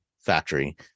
factory